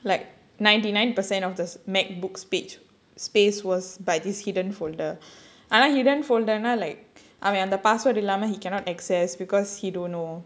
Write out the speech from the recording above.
like ninety nine percent of the Macbook's page space was by this hidden folder ஆனா:aanaa hidden folder na like அவன் அந்த:avan andha password இல்லாம:illaama he cannot access because he don't know